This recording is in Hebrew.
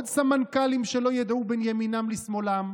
עוד סמנכ"לים שלא ידעו בין ימינם לשמאלם